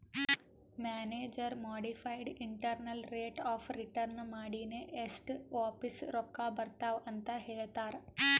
manager modified internal rate of return ಮಾಡಿನೆ ಎಸ್ಟ್ ವಾಪಿಸ್ ರೊಕ್ಕಾ ಬರ್ತಾವ್ ಅಂತ್ ಹೇಳ್ತಾರ್